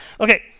Okay